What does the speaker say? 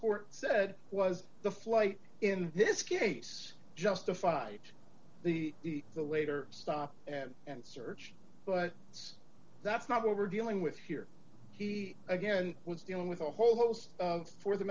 court said was the flight in this case justified the the waiter stop and search but that's not what we're dealing with here he again was dealing with a whole host of for the